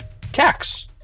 Cax